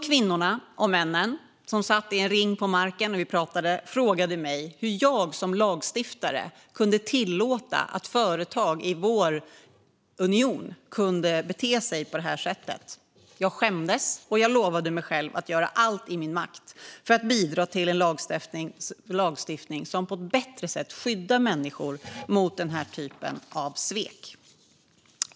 Kvinnorna och männen, som satt i en ring på marken när vi pratade, frågade mig hur jag som lagstiftare kunde tillåta att företag i vår union kunde bete sig på det här sättet. Jag skämdes, och jag lovade mig själv att göra allt i min makt för att bidra till en lagstiftning som på ett bättre sätt skyddar människor mot denna typ av svek.